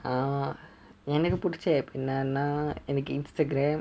uh எனக்கு பிடிச்ச:enakku pidicha app என்னான்னா எனக்கு:ennanna enakku instagram